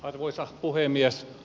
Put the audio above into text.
arvoisa puhemies